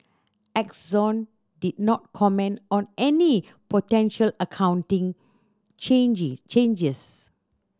Exxon did not comment on any potential accounting changes